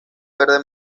verde